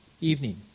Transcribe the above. evening